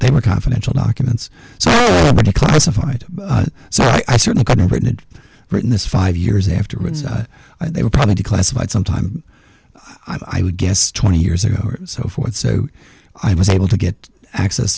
they were confidential documents declassified so i certainly could have written it written this five years afterwards they were probably declassified sometime i would guess twenty years ago and so forth so i was able to get access